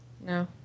No